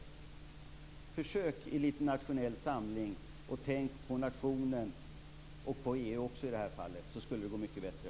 Försök med litet nationell samling och tänk på nationen, och även på EU i det här fallet, så skulle det gå mycket bättre.